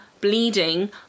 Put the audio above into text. bleeding